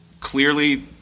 clearly